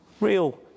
real